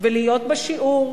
ולהיות בשיעור,